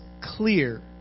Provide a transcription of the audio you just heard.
clear